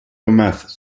thomas